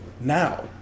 now